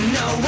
no